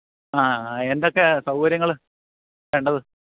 ആഹ് എന്തൊക്കെ സൗകര്യങ്ങൾ വേണ്ടത്